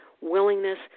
willingness